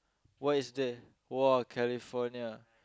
what is there !wah! California